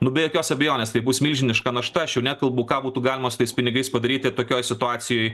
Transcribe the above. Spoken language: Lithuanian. nu be jokios abejonės tai bus milžiniška našta aš jau nekalbu ką būtų galima tais pinigais padaryti tokioj situacijoj